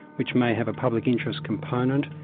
which may have a public interest component,